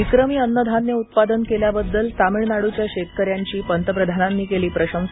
विक्रमी अन्नधान्य उत्पादन केल्याबद्दल तामिळनाडूच्या शेतकऱ्यांची पंतप्रधानांनी केली प्रशंसा